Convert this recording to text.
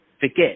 forget